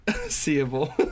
seeable